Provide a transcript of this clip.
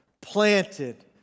planted